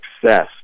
success